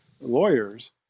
lawyers